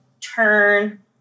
turn